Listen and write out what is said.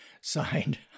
Signed